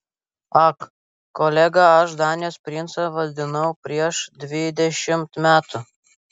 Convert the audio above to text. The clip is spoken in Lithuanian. ak kolega aš danijos princą vaidinau prieš dvidešimt metų